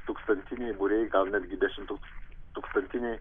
tūkstantiniai būriai gal netgi dešimt tūkstantiniai